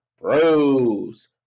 bros